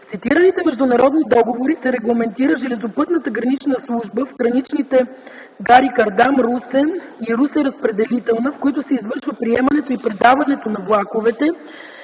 цитираните международни договори се регламентира железопътната гранична служба в граничните гари Кардам, Русе и Русе-разпределителна, в които се извършва приемането и предаването на влаковете